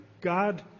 God